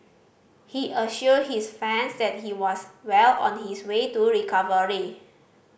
he assured his fans that he was well on his way to recovery